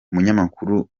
umunyamakuru